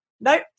nope